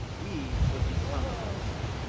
we would become the government,